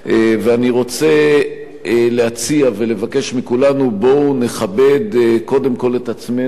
אני רוצה להציע ולבקש מכולנו: בואו נכבד קודם כול את עצמנו,